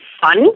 fun